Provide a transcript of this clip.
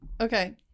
okay